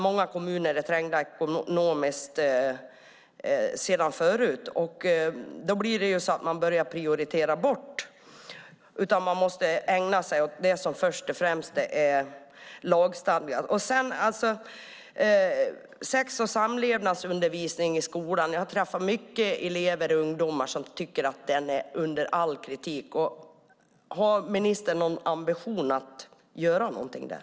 Många kommuner är trängda ekonomiskt sedan förut. Då börjar man prioritera bort eftersom man först och främst måste ägna sig åt det som är lagstadgat. Jag har träffat många elever och ungdomar som tycker att sex och samlevnadsundervisningen i skolan är under all kritik. Har ministern någon ambition att göra någonting där?